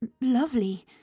lovely